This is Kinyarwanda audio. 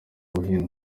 buhinde